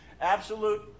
absolute